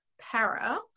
para